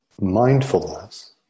mindfulness